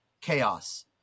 chaos